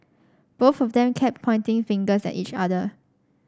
both of them kept pointing fingers at each other